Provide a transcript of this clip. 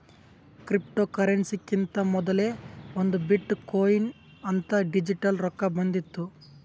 ಕ್ರಿಪ್ಟೋಕರೆನ್ಸಿಕಿಂತಾ ಮೊದಲೇ ಒಂದ್ ಬಿಟ್ ಕೊಯಿನ್ ಅಂತ್ ಡಿಜಿಟಲ್ ರೊಕ್ಕಾ ಬಂದಿತ್ತು